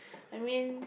I mean